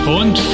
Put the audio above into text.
und